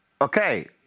okay